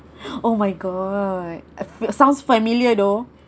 oh my god sounds familiar though